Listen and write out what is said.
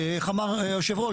איך אמר יושב הראש?